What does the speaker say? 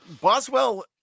Boswell